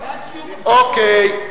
אוקיי,